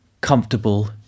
comfortable